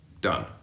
done